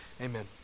Amen